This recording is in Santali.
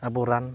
ᱟᱵᱚ ᱨᱟᱱ